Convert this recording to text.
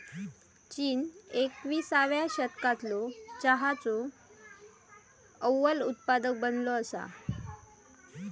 चीन एकविसाव्या शतकालो चहाचो अव्वल उत्पादक बनलो असा